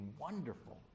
wonderful